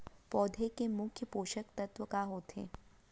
पौधे के मुख्य पोसक तत्व का होथे?